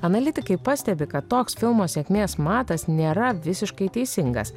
analitikai pastebi kad toks filmo sėkmės matas nėra visiškai teisingas